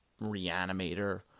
reanimator